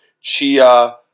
chia